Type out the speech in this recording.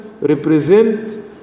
represent